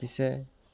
পিছে